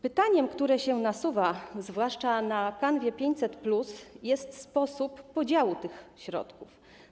Pytaniem, które się nasuwa, zwłaszcza na kanwie 500+, jest sposób podziału tych środków.